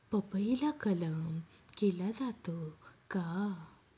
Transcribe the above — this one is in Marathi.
पपईला कलम केला जातो का?